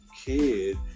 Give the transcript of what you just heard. kid